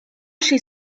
chez